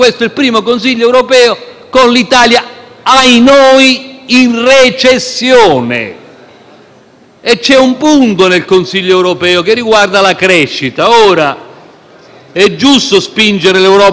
Vi è un punto nel Consiglio europeo che riguarda la crescita. È giusto spingere l'Europa a fare sul versante della crescita, ma il Governo italiano deve fare la propria parte. Come si può pensare